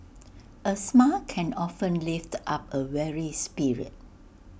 A smile can often lift up A weary spirit